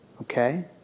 Okay